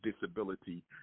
disability